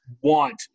want